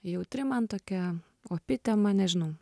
jautri man tokia opi tema nežinau